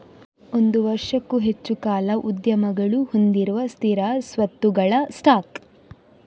ಒಂದು ವರ್ಷಕ್ಕೂ ಹೆಚ್ಚು ಕಾಲ ಉದ್ಯಮಗಳು ಹೊಂದಿರುವ ಸ್ಥಿರ ಸ್ವತ್ತುಗಳ ಸ್ಟಾಕ್